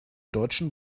deutschen